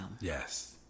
Yes